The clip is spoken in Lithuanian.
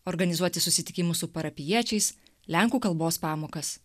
organizuoti susitikimus su parapijiečiais lenkų kalbos pamokas